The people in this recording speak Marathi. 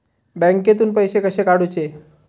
बँकेतून पैसे कसे काढूचे?